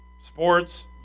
sports